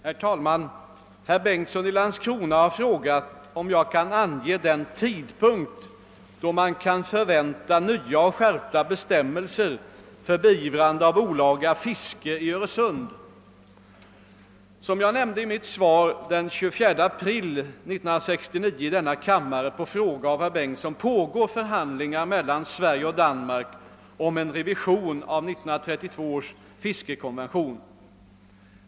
Herr talman! Herr Bengtsson i Landskrona har frågat om jag kan ange den tidpunkt då man kan förvänta nya och skärpta bestämmelser för beivrande av olaga fiske i Öresund. Som jag nämnde i mitt svar den 24 april 1969 i denna kammare på fråga av herr Bengtsson pågår förhandlingar mellan Sverige och Danmark om en revision av 1932 års fiskekonvention.